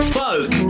folk